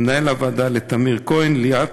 מנהל הוועדה טמיר כהן, ליאת,